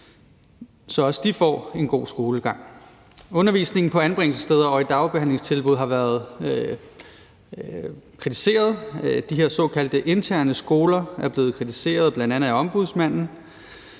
så også de får en god skolegang. Undervisningen på anbringelsessteder og i dagbehandlingstilbud har været kritiseret. De her såkaldte interne skoler er blevet kritiseret af bl.a. Ombudsmanden.